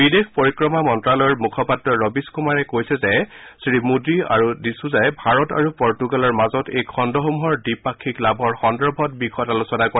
বিদেশ পৰিক্ৰমা মন্ত্ৰালয়ৰ মুখপাত্ৰ ৰবিশ কুমাৰে কৈছে যে শ্ৰীমোদী আৰু ডা ছুজাই ভাৰত আৰু পৰ্টুগালৰ মাজত এই খণ্ডসমূহৰ দ্বিপাক্ষিক লাভৰ সন্দৰ্ভত বিশদ আলোচনা কৰে